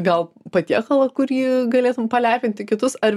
gal patiekalą kurį galėtum palepinti kitus ar